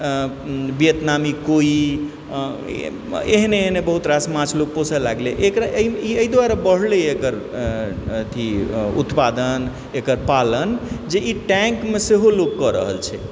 वियतनामी कोई एहने एहने बहुत रास माछ लोक पोषय लगलै एकरा ई एहि दुआरे बढ़लै एकर अथी उत्पादन एकर पालन जे ई टैंकमे सेहो लोक कऽ रहल छै